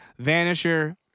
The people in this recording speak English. Vanisher